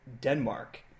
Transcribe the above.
Denmark